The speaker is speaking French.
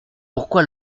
pourquoi